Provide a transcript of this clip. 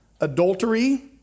adultery